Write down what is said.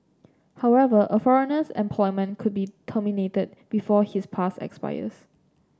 however a foreigner's employment could be terminated before his pass expires